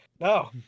No